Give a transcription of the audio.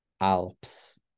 alps